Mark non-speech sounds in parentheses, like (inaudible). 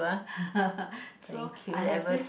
(laughs) so I have these